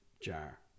jar